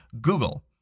Google